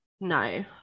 No